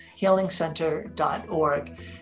healingcenter.org